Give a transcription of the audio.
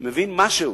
מבין משהו